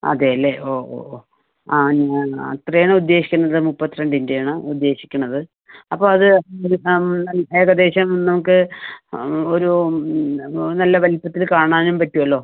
അതെ അല്ലേ ഓ ഓ ഓ ആ ആ ഞാൻ അത്ര ആണ് ഉദ്ദേശിക്കുന്നത് മുപ്പത്രണ്ടിൻ്റെ ആണ് ഉദ്ദേശിക്കണത് അപ്പം അത് തമ്മിൽ ഏകദേശം നമുക്ക് ഒരു നല്ല വലിപ്പത്തിൽ കാണാനും പറ്റുമല്ലോ